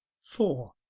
four.